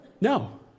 No